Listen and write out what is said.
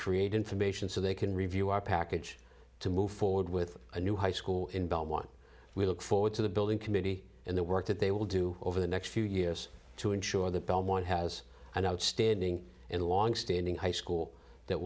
create information so they can review our package to move forward with a new high school in belmont we look forward to the building committee and the work that they will do over the next few years to ensure that belmont has an outstanding and longstanding high school that